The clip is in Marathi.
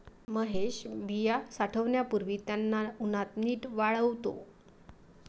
महेश बिया साठवण्यापूर्वी त्यांना उन्हात नीट वाळवतो